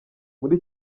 muri